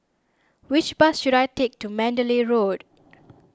which bus should I take to Mandalay Road